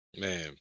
Man